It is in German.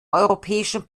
europäischen